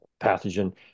pathogen